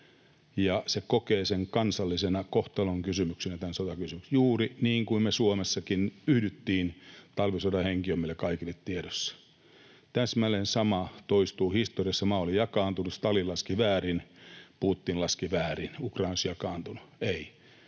sotakysymyksen kansallisena kohtalonkysymyksenä — juuri niin kuin me Suomessakin yhdyttiin. Talvisodan henki on meillä kaikilla tiedossa. Täsmälleen sama toistuu historiassa: maa oli jakaantunut, Stalin laski väärin, Putin laski väärin, että Ukraina olisi jakaantunut — ei,